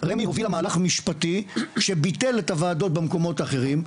רמ"י הובילה מהלך משפטי שביטל את הוועדות במקומות האחרים.